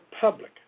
public